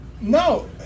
No